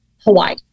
Hawaii